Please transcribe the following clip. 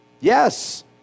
Yes